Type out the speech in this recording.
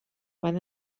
van